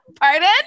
Pardon